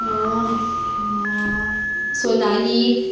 Sonali